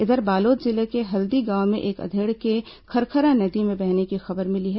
इधर बालोद जिले के हलदी गांव में एक अधेड़ के खरखरा नदी में बहने की खबर मिली है